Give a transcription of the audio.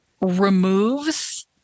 removes